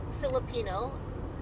Filipino